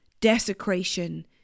Desecration